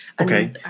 Okay